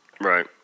right